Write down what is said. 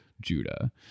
Judah